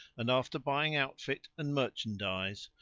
and after buying outfit and merchandise,